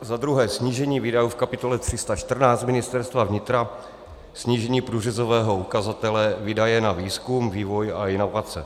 Za druhé snížení výdajů v kapitole 314 Ministerstva vnitra, snížení průřezového ukazatele výdaje na výzkum, vývoj a inovace.